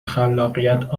خلاقیت